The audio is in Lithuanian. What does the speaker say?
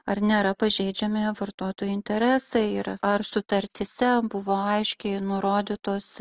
ar nėra pažeidžiami vartotojų interesai ir ar sutartyse buvo aiškiai nurodytos